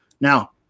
Now